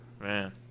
Man